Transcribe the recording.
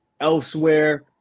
elsewhere